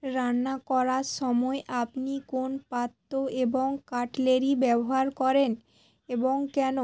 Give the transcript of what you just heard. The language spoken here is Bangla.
রান্না করার সময় আপনি কোন পাত্রে এবং কাটলেরি ব্যবহার করেন এবং কেন